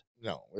No